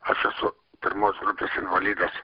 aš esu pirmos grupės invalidas